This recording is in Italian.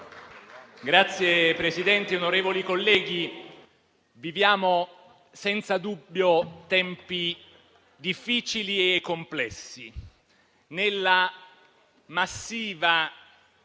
Signora Presidente, onorevoli colleghi, viviamo senza dubbio tempi difficili e complessi. Nella massiva,